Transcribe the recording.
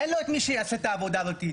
אין לו את מי שיעשה את העבודה הזאת.